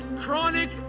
Chronic